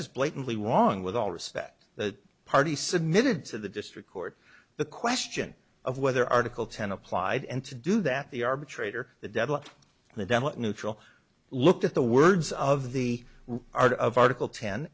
just blatantly wrong with all respect the party submitted to the district court the question of whether article ten applied and to do that the arbitrator the devil the devil neutral looked at the words of the art of article ten